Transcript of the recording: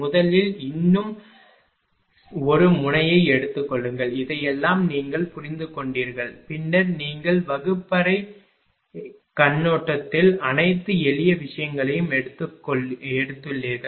முதலில் இன்னும் ஒரு முனையை எடுத்துக் கொள்ளுங்கள் இதையெல்லாம் நீங்கள் புரிந்துகொண்டீர்கள் பின்னர் நீங்கள் வகுப்பறைக் கண்ணோட்டத்தில் அனைத்து எளிய விஷயங்களையும் எடுத்துள்ளீர்கள்